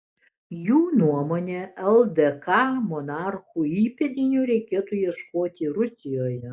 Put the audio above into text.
jų nuomone ldk monarchų įpėdinių reikėtų ieškoti rusijoje